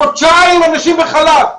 חודשיים אנשים בחל"ת,